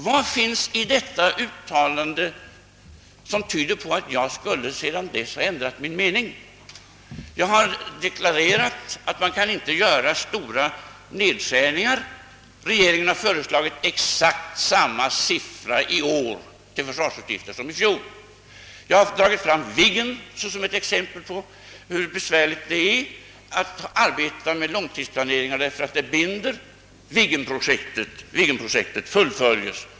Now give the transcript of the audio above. Vad finns det i detta uttalande som tyder på att jag sedan dess skulle ha ändrat mening? Jag deklarerade, att man inte kan göra stora nedskärningar; regeringen har föreslagit exakt samma anslag till försvarsutgifterna i år som i fjol. Jag har dragit fram Viggen som ett exempel på hur besvärligt det är att arbeta med långtidsplaneringar eftersom dessa binder; Viggenprojektet fullföljs.